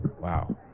Wow